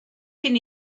cyn